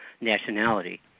nationality